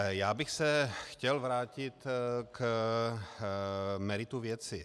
Já bych se chtěl vrátit k meritu věci.